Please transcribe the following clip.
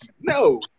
No